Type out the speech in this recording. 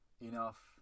enough